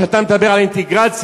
כשאתה מדבר על אינטגרציה,